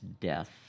death